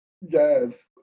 Yes